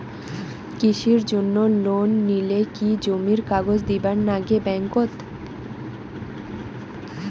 কৃষির জন্যে লোন নিলে কি জমির কাগজ দিবার নাগে ব্যাংক ওত?